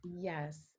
Yes